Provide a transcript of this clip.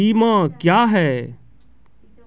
बीमा क्या हैं?